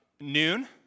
Noon